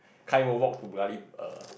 kind of walk to bloody err